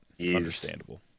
understandable